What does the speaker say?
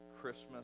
Christmas